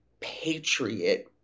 patriot